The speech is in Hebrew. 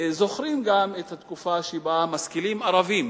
זוכרים גם את התקופה שבה משכילים ערבים,